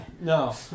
no